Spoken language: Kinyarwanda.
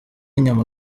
inyama